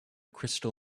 crystal